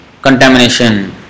Contamination